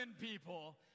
people